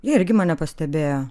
irgi mane pastebėjo